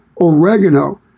oregano